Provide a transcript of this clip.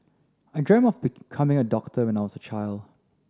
I dreamt of becoming a doctor when I was a child